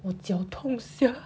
我脚痛 sia